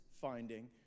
finding